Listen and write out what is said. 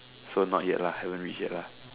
so not yet lah haven't reach yet lah